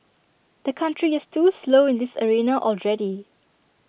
the country is too slow in this arena already